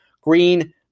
Green